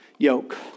Yoke